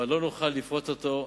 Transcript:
אבל לא נוכל לפרוץ אותו,